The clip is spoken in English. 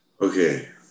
Okay